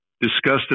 discussed